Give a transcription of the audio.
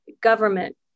government